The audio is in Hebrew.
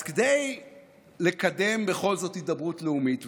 אז כדי לקדם בכל זאת הידברות לאומית,